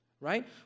right